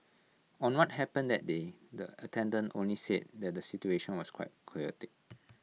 on what happened that day the attendant only said that the situation was quite chaotic